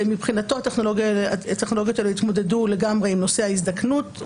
מבחינתו הטכנולוגיות האלה יתמודדו לגמרי עם נושא ההזדקנות,